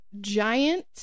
giant